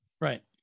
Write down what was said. right